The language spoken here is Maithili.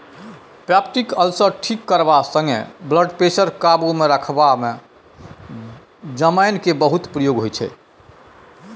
पेप्टीक अल्सर ठीक करबा संगे ब्लडप्रेशर काबुमे रखबाक मे जमैन केर बहुत प्रयोग होइ छै